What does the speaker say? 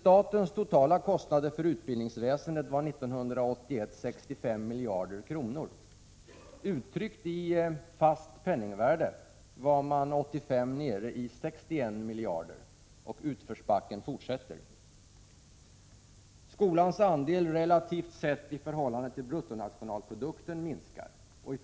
Statens totala kostnader för utbildningsväsendet var 1981 65 miljarder kronor. Uttryckt i fast penningvärde var man 1985 nere i 61 miljarder kronor, och utförsbacken fortsätter. Skolans andel i förhållande till bruttonationalprodukten minskar, och